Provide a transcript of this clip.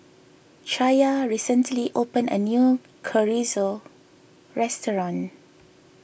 Chaya recently opened a new Chorizo restaurant